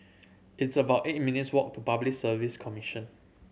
it's about eight minutes' walk to Public Service Commission